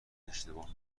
اشتباه